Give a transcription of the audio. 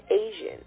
Asian